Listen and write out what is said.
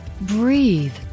Breathe